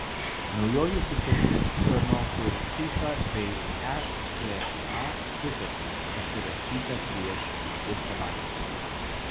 naujoji sutartis pranoko ir fifa bei eca sutartį pasirašytą prieš dvi savaites